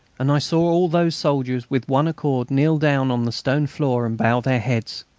and i saw all those soldiers with one accord kneel down on the stone floor and bow their heads.